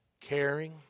caring